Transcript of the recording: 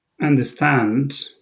understand